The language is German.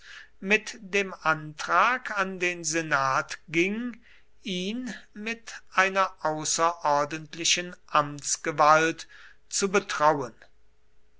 mit dem antrag an den senat ging ihn mit einer außerordentlichen amtsgewalt zu betrauen